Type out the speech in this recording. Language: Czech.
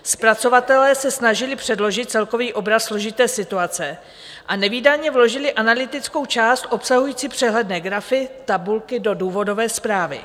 Zpracovatelé se snažili předložit celkový obraz složité situace a nevídaně vložili analytickou část obsahující přehledné grafy, tabulky do důvodové zprávy.